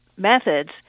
methods